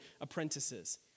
apprentices